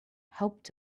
helped